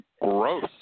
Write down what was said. Gross